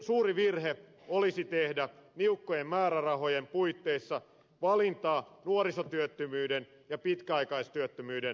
suuri virhe olisi tehdä niukkojen määrärahojen puitteissa valinta nuorisotyöttömyyden ja pitkäaikaistyöttömyyden estämisen välillä